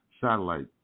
satellite